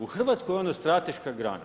U RH je ona strateška grana.